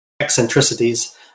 eccentricities